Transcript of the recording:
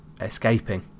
escaping